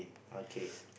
okay